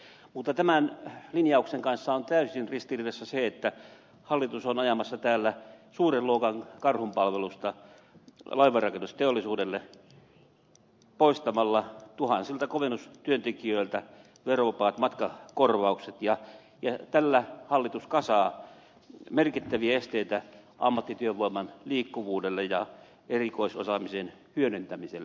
mutta tämän linjauksen kanssa on täysin ristiriidassa se että hallitus on ajamassa täällä suuren luokan karhunpalvelusta laivanrakennusteollisuudelle poistamalla tuhansilta komennustyöntekijöiltä verovapaat matkakorvaukset ja tällä hallitus kasaa merkittäviä esteitä ammattityövoiman liikkuvuudelle ja erikoisosaamisen hyödyntämiselle